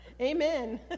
Amen